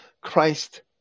Christ